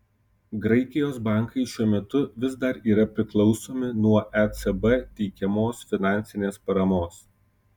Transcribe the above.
graikijos bankai šiuo metu vis dar yra priklausomi nuo ecb teikiamos finansinės paramos